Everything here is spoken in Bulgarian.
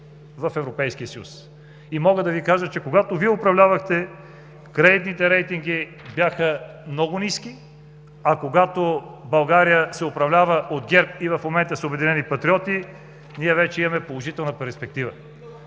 в Европейския съюз. Мога да Ви кажа, че когато Вие управлявахте, кредитните рейтинги бяха много ниски (показва графика), а когато България се управлява от ГЕРБ и в момента с „Обединени патриоти“ – ние вече имаме положителна перспектива.